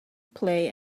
play